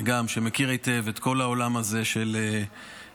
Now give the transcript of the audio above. שמכיר היטב את כל העולם הזה של משפחות